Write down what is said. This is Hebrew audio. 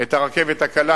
את הרכבת הקלה,